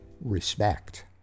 respect